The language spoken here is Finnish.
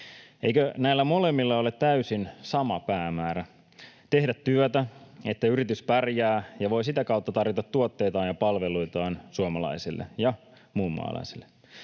Eikö näillä molemmilla ole täysin sama päämäärä: tehdä työtä, että yritys pärjää ja voi sitä kautta tarjota tuotteitaan ja palveluitaan suomalaisille ja muunmaalaisille?